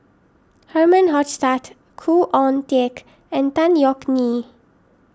Herman Hochstadt Khoo Oon Teik and Tan Yeok Nee